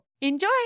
Enjoy